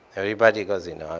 everybody goes. you know,